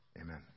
amen